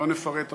לא נפרט עכשיו,